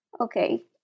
Okay